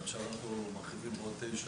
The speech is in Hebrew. עכשיו אנחנו מרחיבים לעוד תשע,